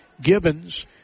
Gibbons